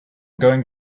going